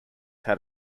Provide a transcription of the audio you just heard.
had